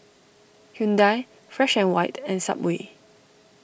Hyundai Fresh and White and Subway